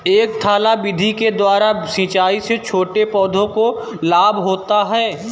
क्या थाला विधि के द्वारा सिंचाई से छोटे पौधों को लाभ होता है?